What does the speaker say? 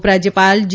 ઉપરાજ્યપાલ જી